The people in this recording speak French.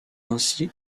ainsi